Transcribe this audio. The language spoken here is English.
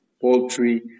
poultry